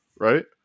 right